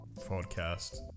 podcast